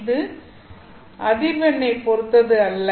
இது அதிர்வெண்ணைப் பொறுத்தது அல்ல